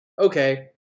Okay